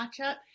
matchup